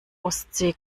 ostsee